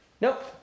Nope